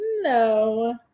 no